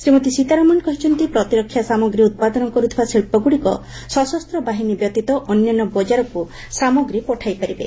ଶ୍ରୀମତୀ ସୀତାରମଣ କହିଛନ୍ତି ପ୍ରତିରକ୍ଷା ସାମଗ୍ରୀ ଉତ୍ପାଦନ କରୁଥିବା ଶିଳ୍ପଗୁଡ଼ିକ ସଶସ୍ତ ବାହିନୀ ବ୍ୟତୀତ ଅନ୍ୟାନ୍ୟ ବଜାରକ୍ତ ସାମଗ୍ରୀ ପଠାଇ ପାରିବେ